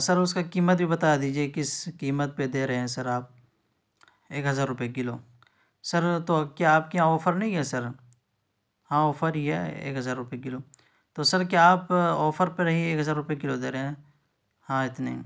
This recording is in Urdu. سر اس کا قیمت بھی بتا دیجیے کس قیمت پہ دے رہے ہیں سر آپ ایک ہزار روپے کلو سر تو کیا آپ کے یہاں آفر نہیں ہے سر ہاں آفر ہی ہے ایک ہزار روپے کلو تو سر کیا آپ آفر پر ہی ایک ہزار روپے کلو دے رہے ہیں ہاں اتنے